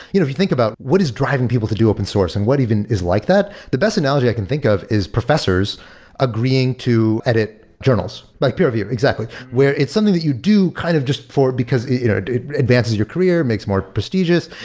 if you think about what is driving people to do open-source and what even is like that? the best analogy i can think of is professors agreeing to edit journals, like peer review, exactly, where it's something that you do kind of just for because it it advances your career, makes more prestigious.